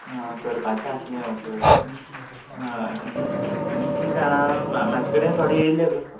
आं करपाचें आसलें ओके ओके आं कितें जाणां म्हजे कडेन थोडे येल्ले